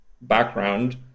background